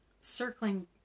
Circling